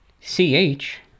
CH